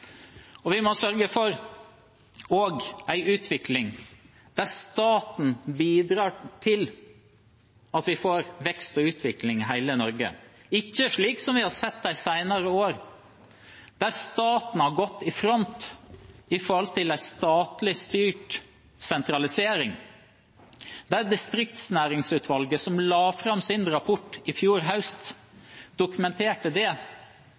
Vi må også sørge for en utvikling der staten bidrar til at vi får vekst og utvikling i hele Norge – ikke slik som vi har sett de senere år, der staten har gått i front med tanke på en statlig styrt sentralisering. Distriktsnæringsutvalget, som la fram sin rapport i fjor høst, dokumenterte at det